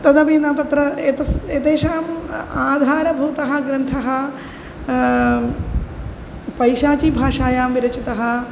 तदपि न तत्र एतत् एतेषाम् आधारभूतः ग्रन्थः पैशाची भाषायां विरचितः